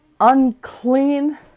unclean